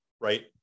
right